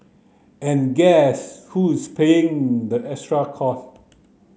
and guess who's paying the extra cost